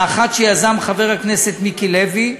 האחת שיזם חבר הכנסת מיקי לוי,